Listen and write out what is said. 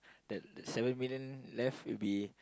then then seven million left will be